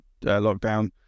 lockdown